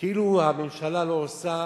כאילו הממשלה לא עושה